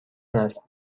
است